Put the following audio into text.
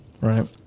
Right